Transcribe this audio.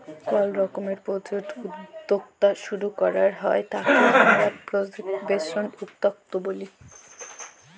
call রকমের project উদ্যক্তা শুরু করাক হ্যয় তাকে হামরা প্রজেক্ট বেসড উদ্যক্তা ব্যলি